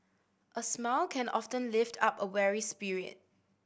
a smile can often lift up a weary spirit